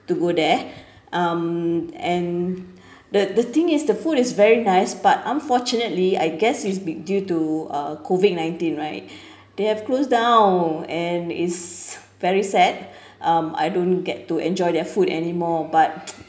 to go there um and the the thing is the food is very nice but unfortunately I guess it's be~ due to uh COVID nineteen right they have closed down and it's very sad um I don't get to enjoy their food anymore but